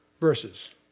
verses